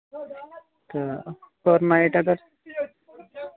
تہٕ اوٚور نایٹَ اگر